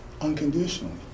unconditionally